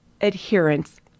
adherence